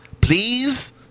Please